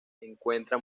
encuentra